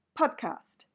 podcast